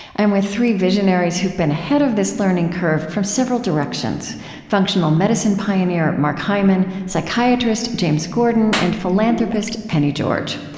i'm with three visionaries who've been ahead of this learning curve from several directions functional medicine pioneer mark hyman, psychiatrist james gordon, and philanthropist penny george.